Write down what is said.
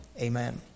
amen